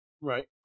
Right